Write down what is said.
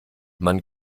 man